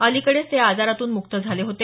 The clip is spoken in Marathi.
अलिकडेच ते या आजारातून मुक्त झाले होते